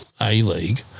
A-League